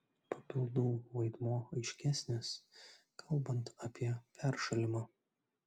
papildų vaidmuo aiškesnis kalbant apie peršalimą